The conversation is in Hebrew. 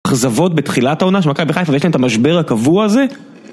אכזבות בתחילת העונה של מכבי חיפה, ויש להם את המשבר הקבוע הזה?